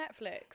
netflix